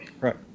right